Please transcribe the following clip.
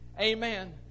Amen